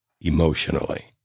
emotionally